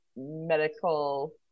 medical